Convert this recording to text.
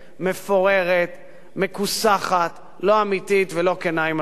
מפוררת, מכוסחת, לא אמיתית ולא כנה עם עצמה.